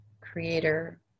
creator